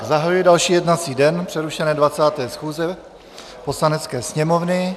Zahajuji další jednací den přerušené 20. schůze Poslanecké sněmovny.